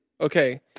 okay